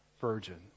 virgin